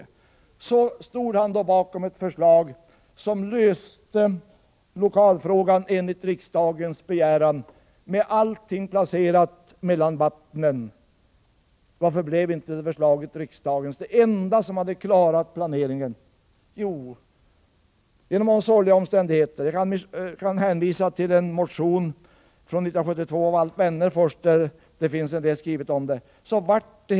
Olof af Forselles stod bakom ett förslag varigenom lokalfrågan enligt riksdagens begäran löstes, med alla lokaler placerade mellan vattnen. Varför blev inte detta förslag riksdagens beslut? Det var det enda förslag som hade inneburit att man klarade planeringen. Jag kan hänvisa till en motion av Alf Wennerfors från 1972, där det skrivs en del om detta.